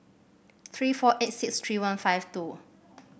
three four eight six three one five two